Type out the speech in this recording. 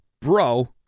Bro